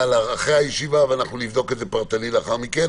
אחרי הישיבה ונבדוק את זה פרטנית לאחר מכן,